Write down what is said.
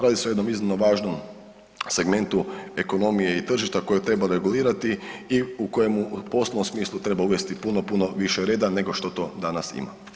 Radi se jednom iznimno važnom segmentu ekonomije i tržišta koje treba regulirati i u kojemu u poslovnom smislu treba uvesti puno, puno više reda nego što to danas ima.